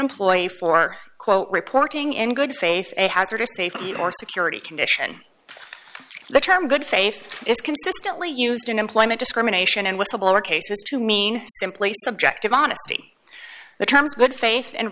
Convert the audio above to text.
employee for quote reporting in good faith a hazardous safety or security condition the term good faith is consistently used in employment discrimination and whistleblower cases to mean simply subjective honesty the terms good faith and